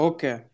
Okay